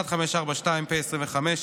פ/1542/25,